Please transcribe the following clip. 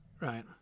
Right